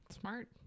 smart